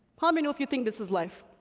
how many of you think this is life?